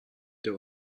der